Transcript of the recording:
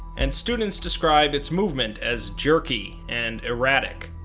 and students describe its movement as jerky and erratic.